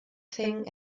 thing